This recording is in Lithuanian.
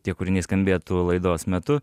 tie kūriniai skambėtų laidos metu